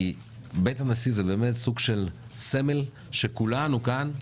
בית הנשיא הוא סוג של סמל שכולנו כאן,